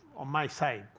on my side.